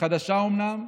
חדשה אומנם,